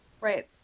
right